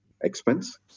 expense